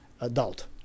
adult